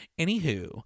anywho